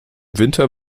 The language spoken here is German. winter